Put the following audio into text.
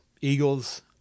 Eagles